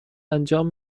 انجام